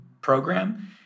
program